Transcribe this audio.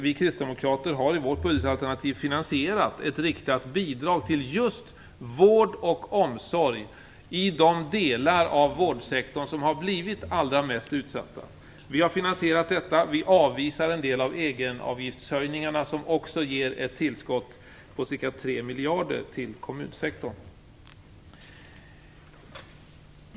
Vi kristdemokrater har i vårt budgetalternativ finansierat ett riktat bidrag till just vård och omsorg i de delar av vårdsektorn som blivit allra mest utsatta. Vi har finansierat detta. Vi avvisar en del av egenavgiftshöjningarna som också ger ett tillskott på ca 3 miljarder kronor till kommunsektorn.